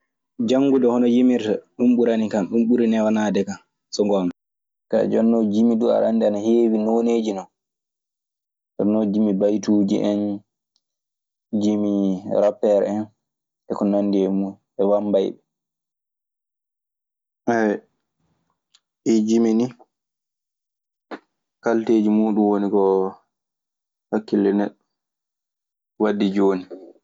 Janngude hono yimirta. Ɗun ɓuranikan. Ɗun ɓuri newanaade kan, so ngoonga. Kaa jooni non, jimi ɗuu aɗe anndi ana heewi nooneeji non hono jimi baytuuji en, jimi rappeer en e ko nandi e muuɗun, e wambayɓe. Ɗii jimi ni kalteeji muuɗun woni ko hhakkille neɗɗo waddi jooni.